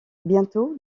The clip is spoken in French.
bientôt